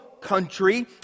country